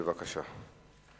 בבקשה.